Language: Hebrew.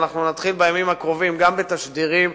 ובימים הקרובים נתחיל גם בתשדירים.